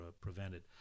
prevented